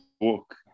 book